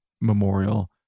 Memorial